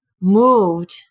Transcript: moved